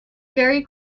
very